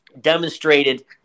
demonstrated